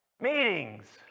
meetings